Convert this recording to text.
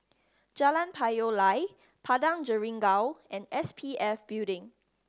Jalan Payoh Lai Padang Jeringau and S P F Building